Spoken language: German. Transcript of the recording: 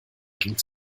ging